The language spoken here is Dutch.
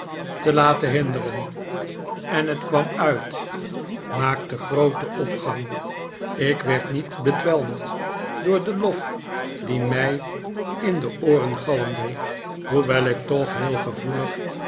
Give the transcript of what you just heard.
te laten hinderen en het kwam uit en maakte grooten opgang ik werd niet bedwelmd door den lof die mij in de ooren galmde hoewel ik toch heel gevoelig